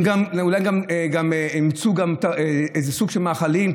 אולי הם גם אימצו סוג של מאכלים,